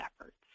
efforts